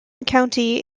county